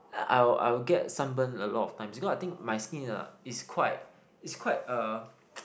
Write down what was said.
I will I will get sunburn a lot of times because I think my skin ah is quite is quite uh